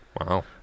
wow